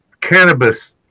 Cannabis